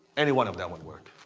any one of them would work,